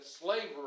slavery